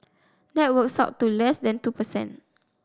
that works out to less than two per cent